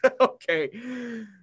Okay